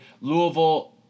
Louisville